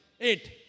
eight